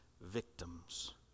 victims